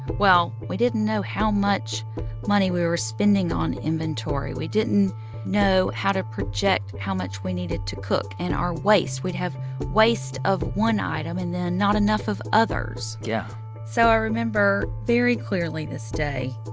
well, we didn't know how much money we were spending on inventory. we didn't know how to project how much we needed to cook. and our waste we'd have waste of one item and then not enough of others yeah so i remember very clearly this day.